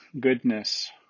goodness